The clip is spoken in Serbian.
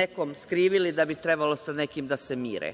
nekom skrivili, da bi trebalo sa nekim da se mire?